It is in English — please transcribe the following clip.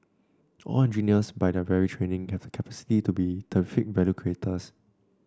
all engineers by their very training have the capacity to be terrific value creators